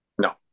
No